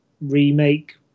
remake